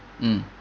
mm